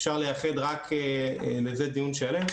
אפשר לייחד רק לזה דיון שלם,